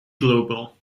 global